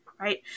Right